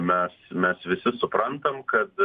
mes mes visi suprantam kad